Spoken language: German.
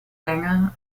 länge